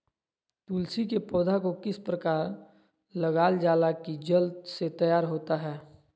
तुलसी के पौधा को किस प्रकार लगालजाला की जल्द से तैयार होता है?